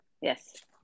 Yes